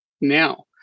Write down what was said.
now